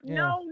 no